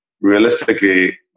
realistically